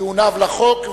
טיעוניו לחוק,